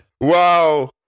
Wow